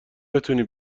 بتونی